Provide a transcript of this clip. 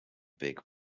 big